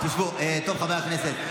טוב, חברי הכנסת.